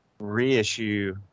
Reissue